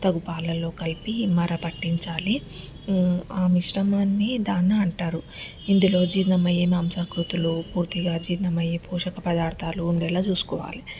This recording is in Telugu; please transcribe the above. తగు పాలల్లో కలిపి మర పట్టించాలి ఆ మిశ్రమాన్ని దానా అంటారు ఇందులో జీర్ణమయ్యే మాంసాకృతులు పూర్తిగా జీర్ణమై పోషక పదార్థాలు ఉండేలా చూసుకోవాలి